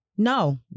No